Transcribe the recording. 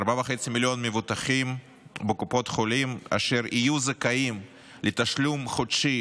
מבוטחים בקופות חולים אשר יהיו זכאים לתשלום חודשי